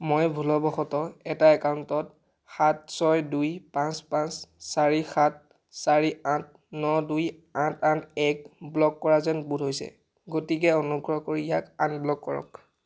মই ভুলবশতঃ এটা একাউণ্টত সাত ছয় দুই পাঁচ পাঁচ চাৰি সাত চাৰি আঠ ন দুই আঠ আঠ এক ব্ল'ক কৰা যেন বোধ হৈছে গতিকে অনুগ্ৰহ কৰি ইয়াক আনব্ল'ক কৰক